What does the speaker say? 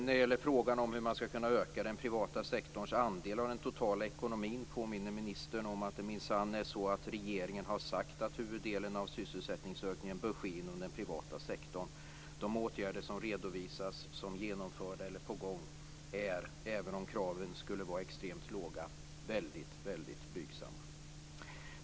När det gäller frågan hur man skall kunna öka den privata sektorns andel av den totala ekonomin påminner ministern om att regeringen minsann har sagt att huvuddelen av sysselsättningsökningen bör ske inom den privata sektorn. De åtgärder som redovisas som genomförda eller på gång är - även om kraven skulle vara extremt låga - väldigt blygsamma.